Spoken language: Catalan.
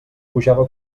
pujava